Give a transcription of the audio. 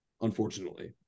unfortunately